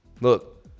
Look